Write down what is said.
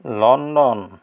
London